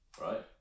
right